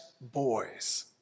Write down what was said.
boys